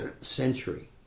century